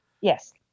Yes